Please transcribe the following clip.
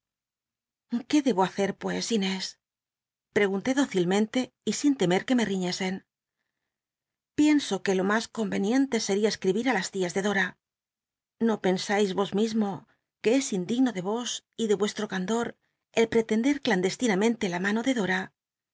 qué debo hacer pnes inés ptegunlé dó cilmenlc y sin lemet que me riñesen pienso que lo mas conyenienle seria escribir á las tías de dora o pensais os mismo que es indigno de os y de rueslro candor el pretender clandcstinamcnle la mano de dora